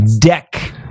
Deck